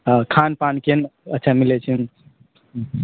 खानपान केहन अच्छा मिलै छै